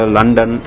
London